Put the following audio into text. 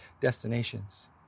destinations